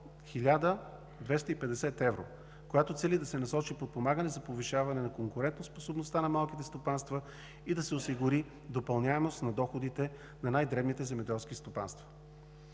1250 евро. Тя цели подпомагане повишаването на конкурентоспособността на малките стопанства и осигурява допълняемост на доходите за най-дребните земеделски стопанства.